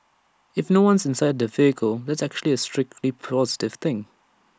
if no one's inside the vehicle that's actually A strictly positive thing